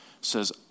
says